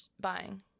buying